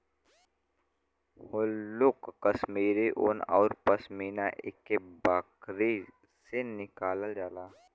हल्लुक कश्मीरी उन औरु पसमिना एक्के बकरी से निकालल जाला